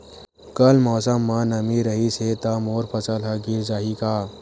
कल मौसम म नमी रहिस हे त मोर फसल ह गिर जाही का?